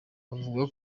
avuga